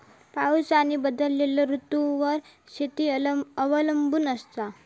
पाऊस आणि बदलणारो ऋतूंवर शेती अवलंबून असता